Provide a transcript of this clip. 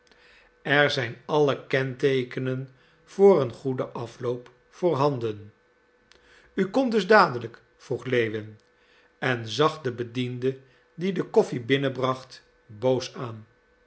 er zijn alle kenteekenen voor een goeden afloop voorhanden u komt dus dadelijk vroeg lewin en zag den bediende die de koffie binnen bracht boos aan